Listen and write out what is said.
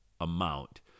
amount